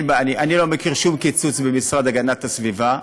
אני לא מכיר שום קיצוץ במשרד להגנת הסביבה.